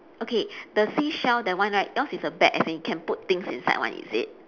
okay the seashell that one right yours is a bag as in can put things inside one is it